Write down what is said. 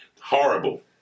Horrible